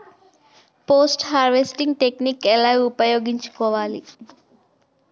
Post harvesting technique ఎలా ఉపయోగించుకోవాలి?